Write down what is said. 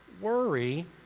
worry